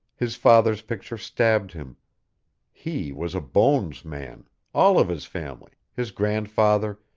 his father's picture stabbed him he was a bones man all of his family his grandfather,